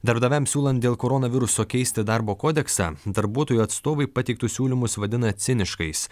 darbdaviams siūlant dėl koronaviruso keisti darbo kodeksą darbuotojų atstovai pateiktus siūlymus vadina ciniškais